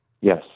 Yes